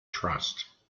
trust